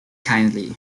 kindly